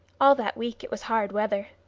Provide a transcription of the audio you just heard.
all that week it was hard weather.